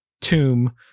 tomb